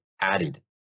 added